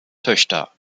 töchter